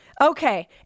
Okay